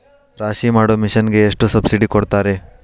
ರಾಶಿ ಮಾಡು ಮಿಷನ್ ಗೆ ಎಷ್ಟು ಸಬ್ಸಿಡಿ ಕೊಡ್ತಾರೆ?